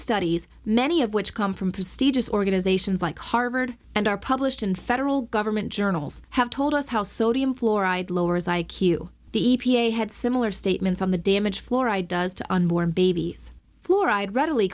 studies many of which come from prestigious organizations like harvard and are published in federal government journals have told us how sodium fluoride lowers i q the e p a had similar statements on the damage fluoride does to unborn babies fluoride readily